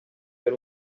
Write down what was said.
ser